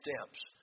steps